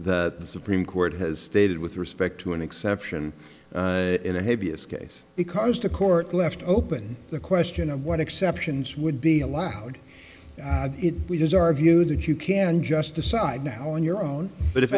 that the supreme court has stated with respect to an exception in a heaviest case because the court left open the question of what exceptions would be allowed it does argue that you can just decide now on your own but if